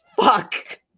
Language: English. fuck